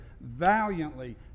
valiantly